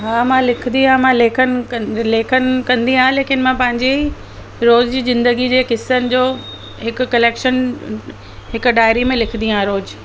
हा मां लिखंदी आहियां मां लेखन लेखन कंदी आहियां लेकिन मां पंहिंजी रोज़ जी ज़िंदगी जे किसनि जो हिकु कलैक्शन हिकु डायरी में लिखंदी आहियां रोज़ु